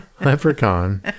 Leprechaun